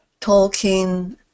Tolkien